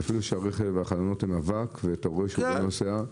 אפילו שעל חלונות הרכב יש אבק ואתה רואה שהרכב לא נוסע.